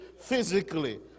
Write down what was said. physically